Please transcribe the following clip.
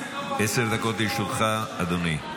עשר דקות לרשותך, אדוני.